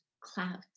clouds